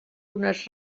unes